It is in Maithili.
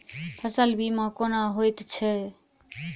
फसल बीमा कोना होइत छै?